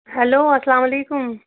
hello اَسلامُ علیکُم